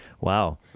Wow